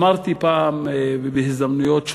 אמרתי פעם, בהזדמנויות שונות,